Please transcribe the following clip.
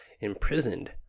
imprisoned